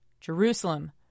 Jerusalem